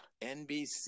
NBC